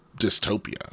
dystopia